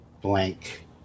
blank